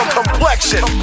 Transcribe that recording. Complexion